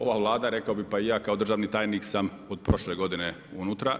Ova Vlada rekao bih pa i ja kao državni tajnik sam od prošle godine unutra.